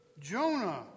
Jonah